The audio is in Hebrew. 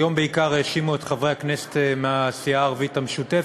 היום בעיקר האשימו את חברי הכנסת מהסיעה הערבית המשותפת,